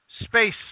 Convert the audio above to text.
space